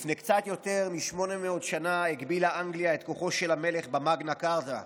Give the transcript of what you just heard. לפני קצת יותר מ-800 שנה הגבילה אנגליה את כוחו של המלך במגנה כרטה,